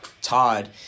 Todd